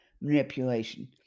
Manipulation